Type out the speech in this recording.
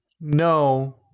No